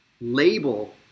label